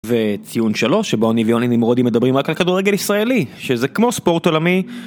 וציון שלוש, שבו אני ויוני נמרודי מדברים רק על כדורגל ישראלי, שזה כמו ספורט עולמי.